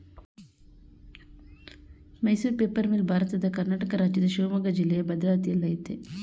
Mysuru paper mill ಭಾರತದ ಕರ್ನಾಟಕ ರಾಜ್ಯದ ಶಿವಮೊಗ್ಗ ಜಿಲ್ಲೆಯ ಭದ್ರಾವತಿಯಲ್ಲಯ್ತೆ